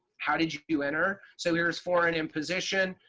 how did you you enter? so here's foreign imposition.